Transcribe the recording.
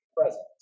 present